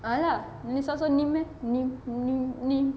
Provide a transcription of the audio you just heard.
!alah! this [one] also nymph meh nymph nymph nymph